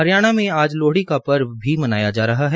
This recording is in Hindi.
हरियाणा में आज लोहड़ी का पर्व भी मनाया जा रहा है